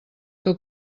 que